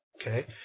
Okay